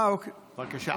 בבקשה.